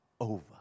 over